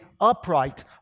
upright